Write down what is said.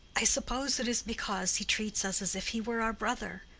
i suppose it is because he treats us as if he were our brother.